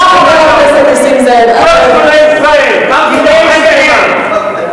כל שונאי ישראל, יימח שמם.